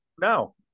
No